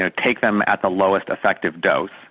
ah take them at the lowest effective dose,